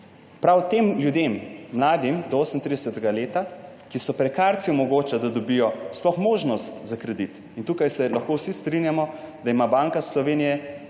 prav tem ljudem, mladim do 38. leta, ki so prekarci, omogoča, da dobijo sploh možnost za kredit. Tukaj se lahko vsi strinjamo, da ima Banka Slovenije